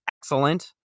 excellent